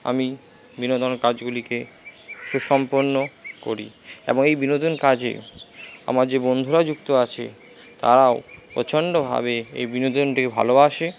আমি বিনোদন কাজগুলিকে সুসম্পন্ন করি এবং এই বিনোদন কাজে আমার যে বন্ধুরা যুক্ত আছে তারাও প্রচণ্ডভাবে এই বিনোদনটাকে ভালোবাসে